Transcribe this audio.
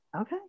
okay